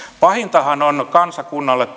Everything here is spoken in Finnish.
pahintahan kansakunnalle